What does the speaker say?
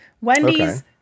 Wendy's